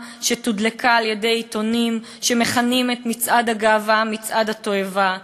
שתודלקה על-ידי עיתונים שמכנים את מצעד הגאווה "מצעד התועבה"